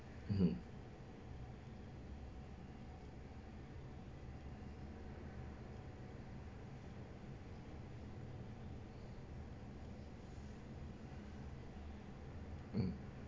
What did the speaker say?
mmhmm mm